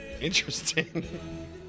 Interesting